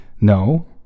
No